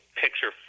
picture